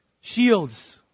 Shields